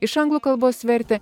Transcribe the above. iš anglų kalbos vertė